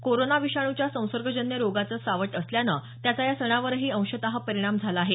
corona विषाणूच्या संसर्गजन्य रोगाचं सावट असल्यानं त्याचा या सणावरही अंशत परिणाम झाला आहे